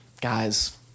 guys